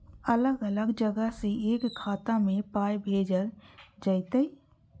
अलग अलग जगह से एक खाता मे पाय भैजल जेततै?